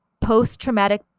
post-traumatic